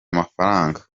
mafaranga